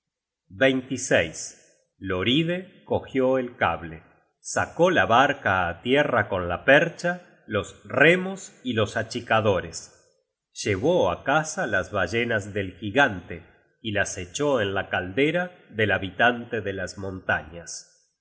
orilla hloride cogió el cable sacó la barca á tierra con la percha los remos y los achicadores llevó á casa las ballenas del gigante y las echó en la caldera del habitante de las montañas